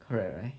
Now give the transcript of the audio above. correct right